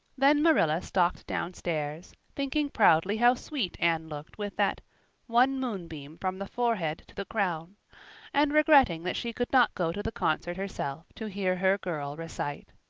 then marilla stalked downstairs, thinking proudly how sweet anne looked, with that one moonbeam from the forehead to the crown and regretting that she could not go to the concert herself to hear her girl recite.